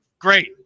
Great